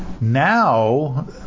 Now